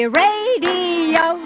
radio